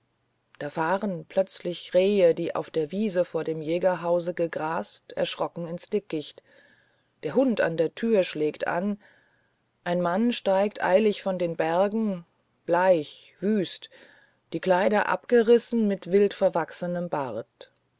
da fahren plötzlich rehe die auf der wiese vor dem jägerhaus gerastet erschrocken ins dickicht der hund an der tür schlägt an ein mann steigt eilig von den bergen bleich wüst die kleider abgerissen mit wildverwachsenem bart